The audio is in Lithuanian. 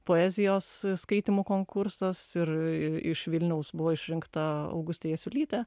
poezijos skaitymų konkursas ir į iš vilniaus buvo išrinkta augustė jasiulytė